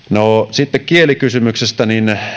sitten kielikysymyksestä